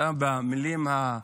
הוא בוגר,